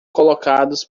colocados